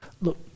Look